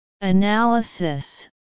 Analysis